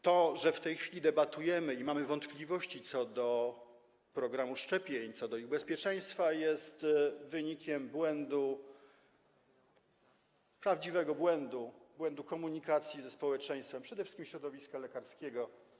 To, że w tej chwili debatujemy i mamy wątpliwości co do programu szczepień, co do ich bezpieczeństwa, jest wynikiem błędu, prawdziwego błędu, błędu komunikacji ze społeczeństwem, przede wszystkim środowiska lekarskiego.